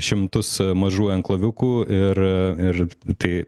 šimtus mažų enklaviukų ir ir tai